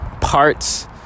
parts